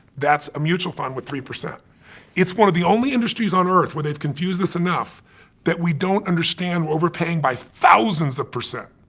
that's a mutual fund with three. it's one of the only industries on earth where they've confused us enough that we don't understand overpaying by thousands of percent.